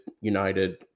United